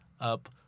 up